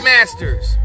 Masters